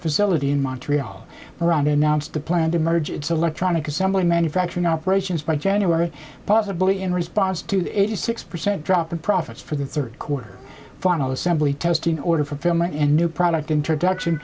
facility in montreal around announced the plan to merge its electronic assembly manufacturing operations by january possibly in response to the eighty six percent drop in profits for the third quarter final assembly test in order for a film and new product introduction